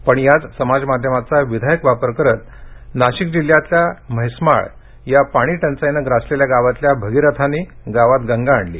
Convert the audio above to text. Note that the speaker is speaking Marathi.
पण याच समाज माध्यमाचा विधायक वापर करत नाशिक जिल्ह्यातील म्हैसमाळ या पाणी टंचाईने ग्रासलेल्या गावातल्या भगिरथांनी गावात गंगा आणली